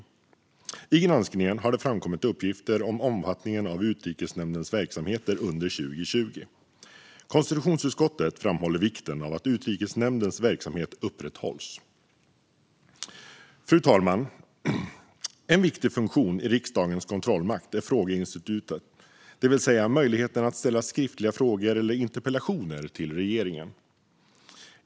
Vid granskningen har det framkommit uppgifter om omfattningen av Utrikesnämndens verksamhet under 2020. Konstitutionsutskottet framhåller vikten av att Utrikesnämndens verksamhet upprätthålls. Fru talman! En viktig funktion i riksdagens kontrollmakt är frågeinstitutet, det vill säga möjligheten att ställa skriftliga frågor eller interpellationer till regeringen.